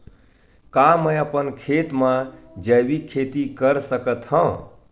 का मैं अपन खेत म जैविक खेती कर सकत हंव?